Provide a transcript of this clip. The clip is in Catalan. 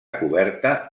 coberta